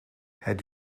het